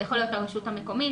זו יכולה להיות הרשות המקומית,